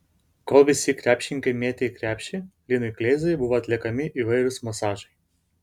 kol visi krepšininkai mėtė į krepšį linui kleizai buvo atliekami įvairūs masažai